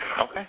Okay